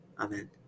amen